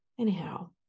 anyhow